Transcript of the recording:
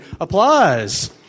Applause